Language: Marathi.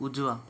उजवा